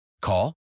Call